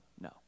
no